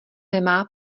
nemá